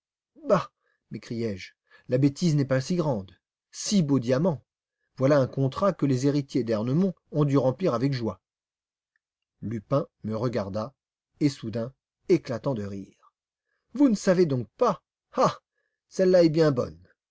bah m'écriai-je la bêtise n'est pas si grande six beaux diamants voilà un contrat que les héritiers d'ernemont ont dû remplir avec joie lupin me regarda et soudain éclatant de rire vous ne savez donc pas ah celle-là est bien bonne